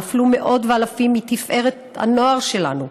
נפלו מאות ואלפים מתפארת הנוער שלנו.